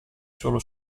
solo